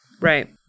Right